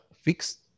fixed